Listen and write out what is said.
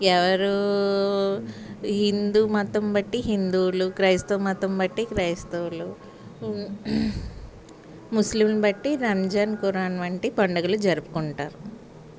ఎవరు హిందు మతం బట్టి హిందువులు క్రైస్తవ మతం బట్టి క్రైస్తవులు ముస్లిం బట్టి రంజాన్ కురాన్ వంటి పండుగలు జరుపుకుంటారు